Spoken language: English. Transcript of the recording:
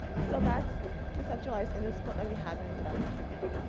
so that's conceptualized in this quote that we had when we did our interview.